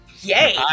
yay